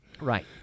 Right